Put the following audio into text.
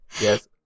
yes